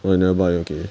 oh you never buy okay